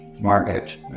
market